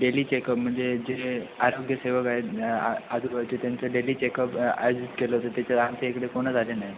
daily checkup म्हणजे जे आरोग्यसेवक आहेत आ आदूर होते त्यांचं डेली चेकअप आयोजित केलं होतं त्याच्यात आमच्या इकडे कोणच आले नाही